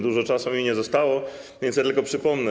Dużo czasu mi nie pozostało, więc tylko przypomnę.